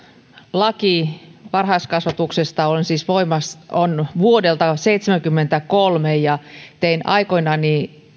laki varhaiskasvatuksesta on siis vuodelta seitsemänkymmentäkolme ja tein aikoinani